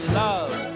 love